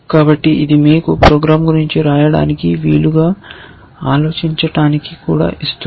కాబట్టి ఇది మీకు ప్రోగ్రామ్ గురించి వ్రాయడానికి వీలుగా ఆలోచించటానికి కూడా ఇస్తుంది